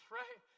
right